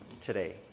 today